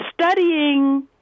studying